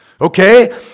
Okay